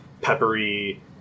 peppery